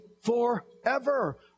forever